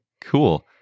Cool